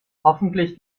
hoffentlich